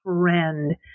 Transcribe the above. friend